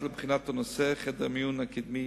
שירותים וסגירת חדר המיון הקדמי